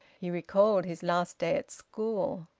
he recalled his last day at school.